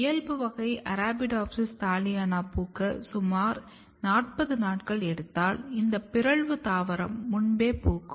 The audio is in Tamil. இயல்பு வகை அரபிடோப்சிஸ் தலியானா பூக்க சுமார் 40 நாட்கள் எடுத்தால் இந்த பிறழ்ந்த தாவரம் முன்பே பூக்கும்